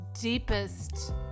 deepest